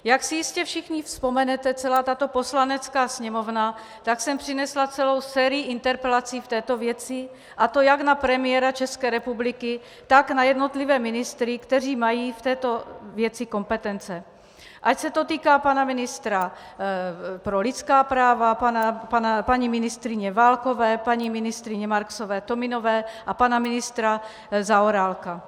Jak si jistě všichni vzpomenete, celá tato Poslanecká sněmovna sem přinesla celou sérii interpelací v této věci, a to jak na premiéra České republiky, tak na jednotlivé ministry, kteří mají v této věci kompetence, ať se to týká pana ministra pro lidská práva, paní ministryně Válkové, paní ministryně MarksovéTominové a pana ministra Zaorálka.